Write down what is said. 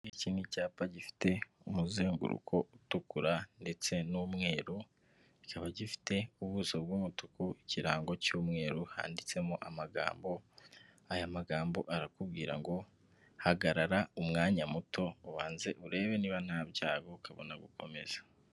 Iki ni icyapa gifite umuzenguruko utukura, ndetse n'umweru kiba gifite ubuso bw'umutuku, ikirango cy'umweru, handitsemo amagambo. Aya magambo arakubwira ngo hagarara umwanya muto ubanze urebe niba nta byago. Ukabona gukomeza.